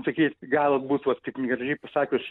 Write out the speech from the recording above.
sakys galbūt va taip negražiai pasakius